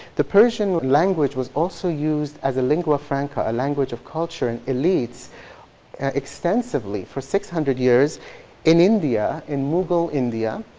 the persian language was also used as lingua franca, a language of culture and elites extensively for six hundred years in india, in moghul india,